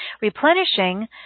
replenishing